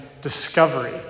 discovery